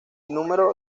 número